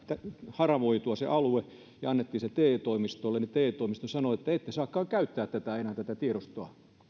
sen elinkeinotoiminnan alueen ja annoimme sen te toimistolle niin te toimisto sanoi että te ette saakaan käyttää enää tätä tiedostoa